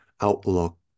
outlook